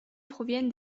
proviennent